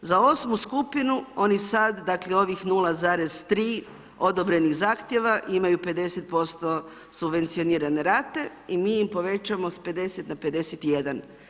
Za 8. skupinu oni sad dakle ovih 0,3 odobrenih zahtjeva imaju 50% subvencionirane rate i mi im povećamo sa 50 na 51.